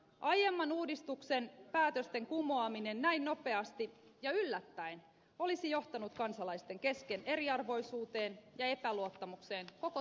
aiemman uudistuksen päätösten kumoaminen näin nopeasti ja yllättäen olisi johtanut kansalaisten kesken eriarvoisuuteen ja epäluottamukseen koko työeläkejärjestelmää kohtaan